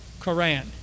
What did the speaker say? Quran